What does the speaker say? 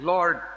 Lord